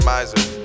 Miser